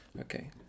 Okay